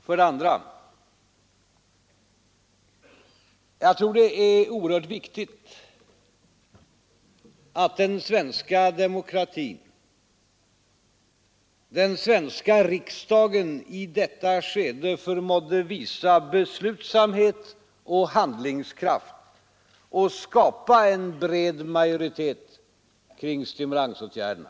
För det andra: Jag tror det är oerhört viktigt att den svenska demokratin, den svenska riksdagen i detta skede förmådde visa beslutsamhet och handlingskraft och skapa en bred majoritet kring stimulansåt gärderna.